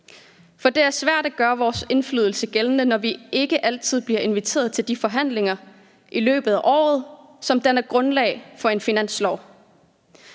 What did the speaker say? for det er svært at gøre vores indflydelse gældende, når vi ikke altid bliver inviteret til de forhandlinger i løbet af året, som danner grundlag for en finanslov,